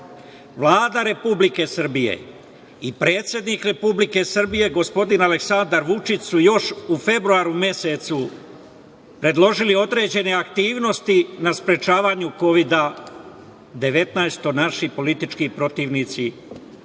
Vlada Republike Srbije i predsednik Republike Srbije, gospodin Aleksandar Vučić su još u februaru mesecu predložili određene aktivnosti na sprečavanju Kovida – 19. To naši politički protivnici